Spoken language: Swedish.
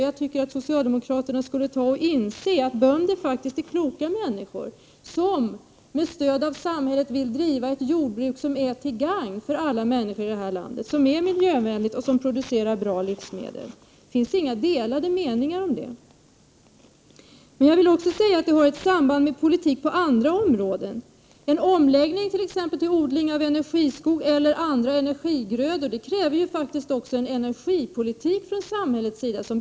Jag tycker att socialdemokraterna skulle inse att bönder faktiskt är kloka människor som med stöd av samhället vill driva ett jordbruk som är till gagn för alla människor i det här landet, som är miljövänligt och som producerar bra livsmedel. Det finns inga delade meningar om det. Detta har också ett samband med politik på andra områden. En omläggning t.ex. till odling av energiskog eller andra energigrödor kräver faktiskt också en energipolitik från samhället som befrämjar en sådan Prot.